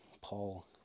Paul